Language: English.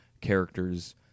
characters